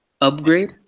Upgrade